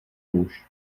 muž